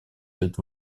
эту